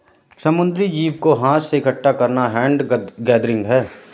समुद्री जीव को हाथ से इकठ्ठा करना हैंड गैदरिंग है